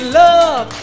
love